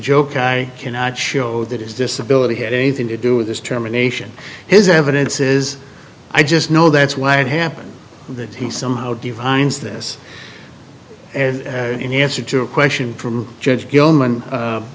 joke i cannot show that his disability had anything to do with his terminations his evidence is i just know that's what happened that he somehow defines this as an answer to a question from judge gilman